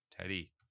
teddy